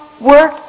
work